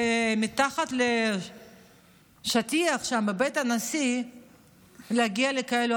ומתחת לשטיח שם בבית הנשיא להגיע לכאלה